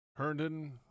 Herndon